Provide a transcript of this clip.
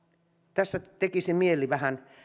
tässä tekisi mieli vähän